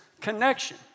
connection